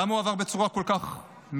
למה הוא עבר בצורה כל כך מנוונת?